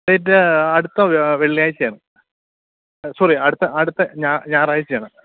date അടുത്ത വെള്ളിയാഴ്ച ആണ് സോറി അടുത്ത അടുത്ത ഞായറാഴ്ച ആണ്